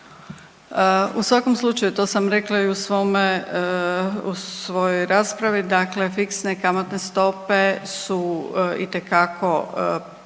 U svakom slučaju to sam rekla i u svome, u svojoj raspravi, dakle fiksne kamatne stope su itekako lakše